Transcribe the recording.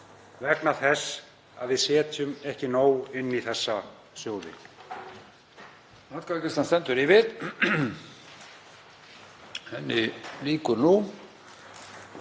vegna þess að við setjum ekki nóg inn í þessa sjóði.